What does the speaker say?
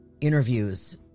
interviews